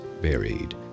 buried